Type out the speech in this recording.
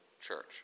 church